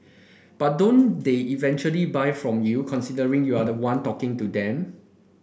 but don't they eventually buy from you considering you're the one talking to them